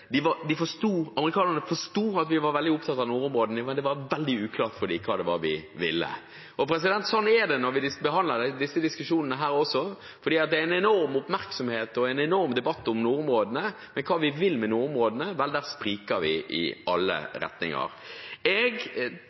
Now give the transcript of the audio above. amerikanerne forsto at vi var veldig opptatt av nordområdene, men det var veldig uklart for dem hva vi ville. Sånn er det når vi behandler disse diskusjonene her også. Det er en enorm oppmerksomhet og en enorm debatt om nordområdene, men hva vi vil med nordområdene, vel, der spriker vi i alle retninger. Jeg